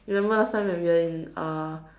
remember last time when we were in uh